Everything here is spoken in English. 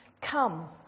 Come